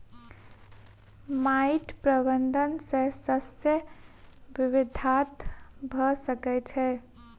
माइट प्रबंधन सॅ शस्य विविधता भ सकै छै